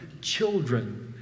children